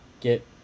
get